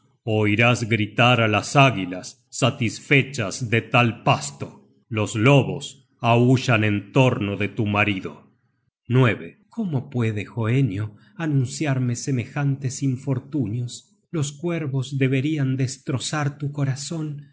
oirás gritar á las águilas satisfechas de tal pasto los lobos aullan en torno de tu marido cómo puede hoenio anunciarme semejantes infortunios los cuervos deberian destrozar tu corazon